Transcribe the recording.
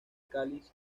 cáliz